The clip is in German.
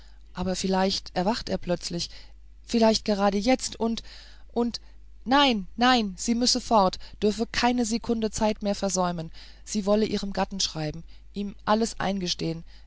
aber vielleicht erwacht er plötzlich vielleicht gerade jetzt und und nein nein sie müsse fort dürfe keine sekunde zeit mehr versäumen sie wolle ihrem gatten schreiben ihm alles eingestehen